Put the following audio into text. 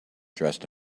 dressed